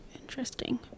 Interesting